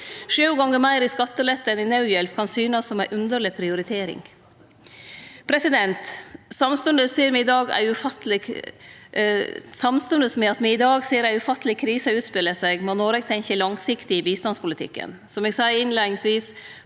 gonger meir i skattelette enn i naudhjelp kan synast som ei underleg prioritering. Samstundes med at me i dag ser ei ufatteleg krise utspele seg, må Noreg tenkje langsiktig i bistandspolitikken. Som eg sa innleiingsvis,